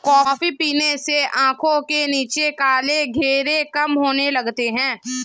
coffee पीने से आंखों के नीचे काले घेरे कम होने लगते हैं